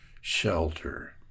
shelter